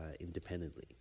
independently